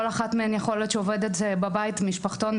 כל אחת מהן יכולה להיות עובדת בבית כמשפחתון,